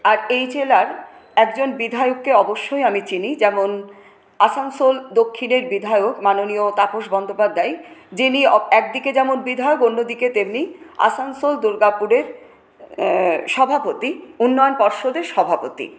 আর এই জেলার একজন বিধায়ককে অবশ্যই আমি চিনি যেমন আসানসোল দক্ষিণের বিধায়ক মাননীয় তাপস বন্দ্যোপাধ্যায় যিনি একদিকে যেমন বিধায়ক অন্যদিকে তেমনি আসানসোল দুর্গাপুরের সভাপতি উন্নয়ন পর্ষদের সভাপতি